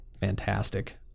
fantastic